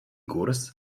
kurz